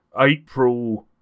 April